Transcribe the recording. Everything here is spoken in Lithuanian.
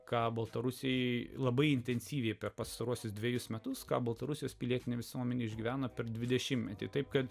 ką baltarusijai labai intensyviai per pastaruosius dvejus metus ką baltarusijos pilietinė visuomenė išgyvena per dvidešimtmetį taip kad